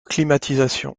climatisation